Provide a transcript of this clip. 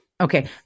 Okay